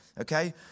Okay